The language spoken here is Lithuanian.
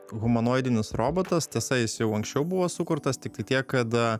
humanoidinis robotas tiesa jis jau anksčiau buvo sukurtas tiktai tiek kad